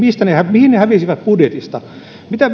mihin ne hävisivät budjetista mitä